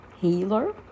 Healer